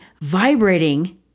vibrating